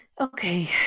okay